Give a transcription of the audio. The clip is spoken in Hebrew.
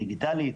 דיגיטלית,